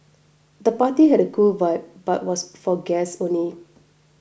the party had a cool vibe but was for guests only